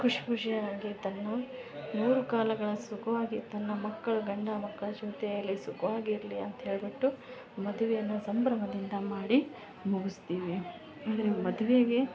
ಖುಷಿ ಖುಷಿಯಾಗಿ ತನ್ನ ನೂರು ಕಾಲಗಳ ಸುಖವಾಗಿ ತನ್ನ ಮಕ್ಕಳು ಗಂಡ ಮಕ್ಕಳ ಜೊತೆಯಲ್ಲಿ ಸುಖವಾಗಿ ಇರಲಿ ಅಂತ ಹೇಳಿಬಿಟ್ಟು ಮದುವೆನ ಸಂಭ್ರಮದಿಂದ ಮಾಡಿ ಮುಗಿಸ್ತೀವಿ ಆದರೆ ಮದುವೆಗೆ